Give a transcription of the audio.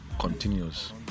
continues